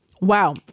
Wow